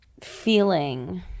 feeling